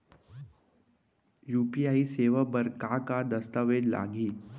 UPI सेवा बर का का दस्तावेज लागही?